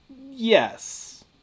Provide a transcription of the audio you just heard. Yes